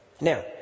Now